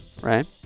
Right